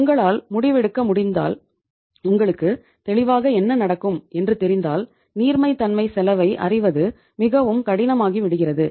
உங்களால் முடிவெடுக்க முடிந்ததால் உங்களுக்கு தெளிவாக என்ன நடக்கும் என்று தெரிந்தால் நீர்மைத்தன்மை செலவை அறிவது மிகவும் கடினமாகி விடுகிறது